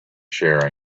sharing